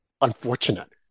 unfortunate